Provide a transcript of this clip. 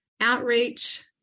outreach